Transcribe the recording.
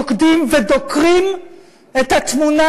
רוקדים ודוקרים את התמונה,